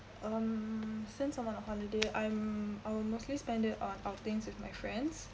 um since I'm on a holiday I'm I will mostly spend it on outings with my friends